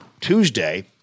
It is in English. Tuesday